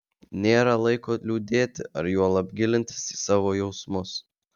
nėra laiko liūdėti ar juolab gilintis į savo jausmus